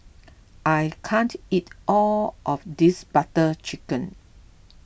I can't eat all of this Butter Chicken